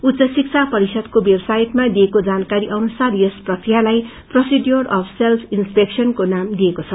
उच्च शिक्षा परिषदको वेबसाईटमा दिइएको जानकारी अनुसार यस प्रक्रियालाई प्रोसिडवूर अफ सेल्फ ईन्स्पेक्शन को नाम दिइएको छ